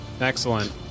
Excellent